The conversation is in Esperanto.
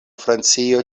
francio